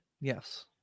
Yes